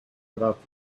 about